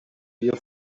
you